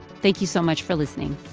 thank you so much for listening